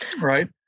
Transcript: right